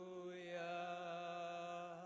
Hallelujah